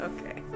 Okay